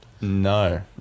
No